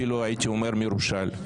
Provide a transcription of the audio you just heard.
אפילו הייתי אומר מרושל,